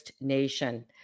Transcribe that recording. nation